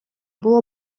було